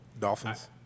Dolphins